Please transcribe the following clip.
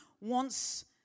wants